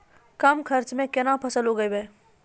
कम खर्चा म केना फसल उगैबै?